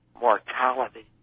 mortality